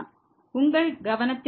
உங்கள் கவனத்திற்கு நன்றி